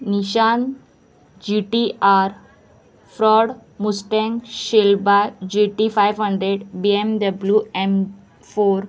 निशान G T R Ford Mustang Shelby G T five hundred B M W M four